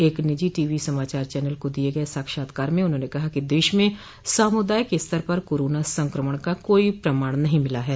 एक निजी टीवी समाचार चनल को दिए गए साक्षात्कार में उन्होंने कहा कि देश में सामुदायिक स्तर पर कोरोना संक्रमण का कोई प्रमाण नहीं मिला है